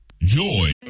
Joy